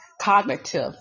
cognitive